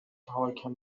حاکم